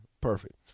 Perfect